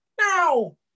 now